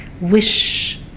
wish